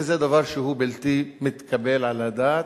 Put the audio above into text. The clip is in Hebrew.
וזה דבר שהוא בלתי מתקבל על הדעת.